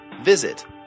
Visit